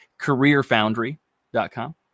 CareerFoundry.com